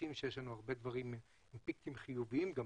מרגישים שיש לנו הרבה דברים חיוביים לומר.